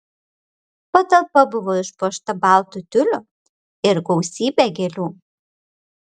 patalpa buvo išpuošta baltu tiuliu ir gausybe gėlių